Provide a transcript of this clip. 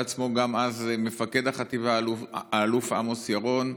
עצמו גם אז מפקד החטיבה האלוף עמוס ירון.